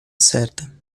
certa